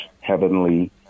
heavenly